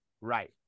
Right